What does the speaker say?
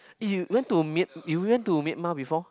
eh you went to mya~ you went to Myanmar before